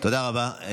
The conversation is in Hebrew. תודה רבה.